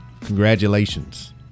Congratulations